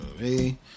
movie